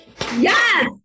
Yes